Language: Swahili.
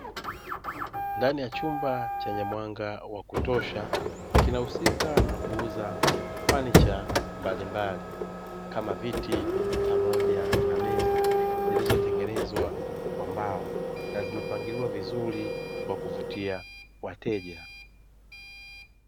Ndani ya chumba chenye mwanga wa kutosha kinahusika na kuuza fanicha mbalimbali kama viti pamoja na meza, zilizotengenezwa kwa mbao na zimepangiliwa vizuri kwa kuvutia wateja.